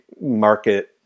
market